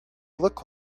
look